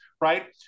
right